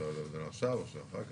אפשר לומר עכשיו, אפשר לומר אחר כך?